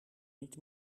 niet